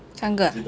三个 ah